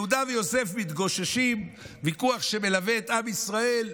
יהודה ויוסף מתגוששים, ויכוח שמלווה את עם ישראל,